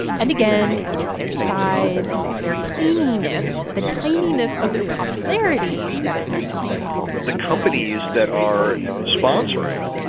and again, it is their size their tininess, the tininess of their popularity that is their selling point the companies that are sponsoring